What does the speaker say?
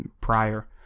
prior